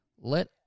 Let